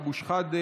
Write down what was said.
סמי אבו שחאדה,